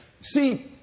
See